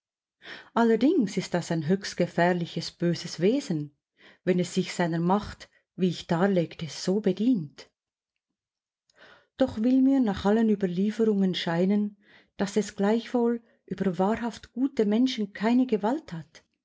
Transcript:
allerdings ist das ein höchst gefährliches böses wesen wenn es sich seiner macht wie ich darlegte so bedient doch will mir nach allen überlieferungen scheinen daß es gleichwohl über wahrhaft gute menschen keine gewalt hat